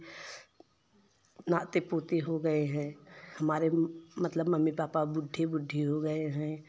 नाती पोते हो गए हैं हमारे मतलब मम्मी पापा बुड्डे बुड्डे हो गए हैं